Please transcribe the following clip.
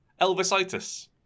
Elvisitis